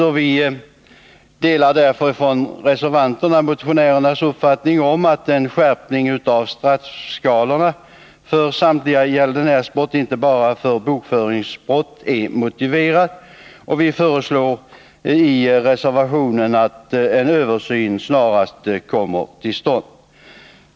Reservanterna delar därför motionärernas uppfattning att en skärpning av straffskalorna för samtliga gäldenärsbrott, alltså inte bara för bokföringsbrott, är motiverad. I en reservation föreslår vi därför att en översyn snarast kommer till stånd.